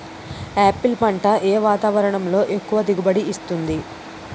Apple పంట ఏ వాతావరణంలో ఎక్కువ దిగుబడి ఇస్తుంది?